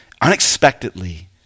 unexpectedly